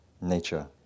nature